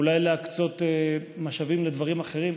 אולי להקצות משאבים לדברים אחרים,